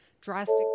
Drastic